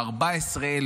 14,000,